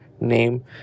name